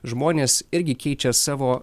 žmonės irgi keičia savo